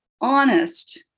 honest